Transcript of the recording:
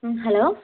ம் ஹலோ